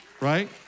right